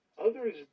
Others